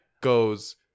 goes